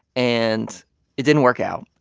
and it didn't work out.